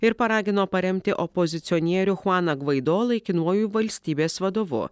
ir paragino paremti opozicionierių chuaną gvaido laikinuoju valstybės vadovu